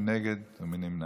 מי נגד ומי נמנע?